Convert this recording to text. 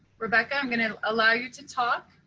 rebecca, i'm going to allow you to talk.